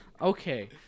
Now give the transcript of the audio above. Okay